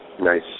Nice